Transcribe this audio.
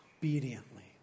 obediently